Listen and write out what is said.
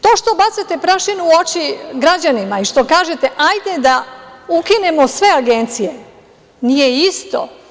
To što bacate prašinu u oči građanima i što kažete – hajde da ukinemo sve agencije, nije isto.